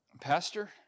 Pastor